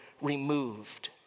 removed